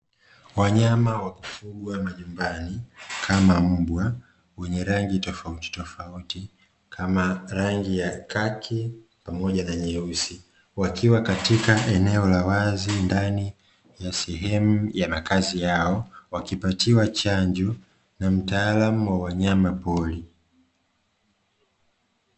Wanyama wa kufugwa majumbani kama mbwa mwenye rangi tofautitofauti kama rangi ya kaki pamoja na nyeusi, wakiwa katika eneo la wazi ndani ya sehemu ya makazi yao wakipatiwa chanjo na mtaalamu wa wanyama pori.